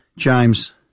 James